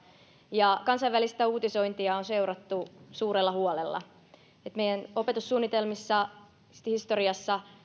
ja kansainvälistä uutisointia on seurattu suurella huolella meidän opetussuunnitelmissa historiassa